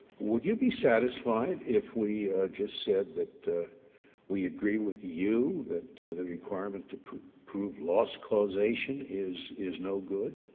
would you be satisfied if we just said that we agree with you that the requirement to prove prove loss causation is is no good,